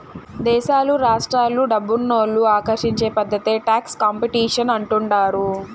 దేశాలు రాష్ట్రాలు డబ్బునోళ్ళు ఆకర్షించే పద్ధతే టాక్స్ కాంపిటీషన్ అంటుండారు